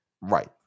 Right